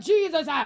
Jesus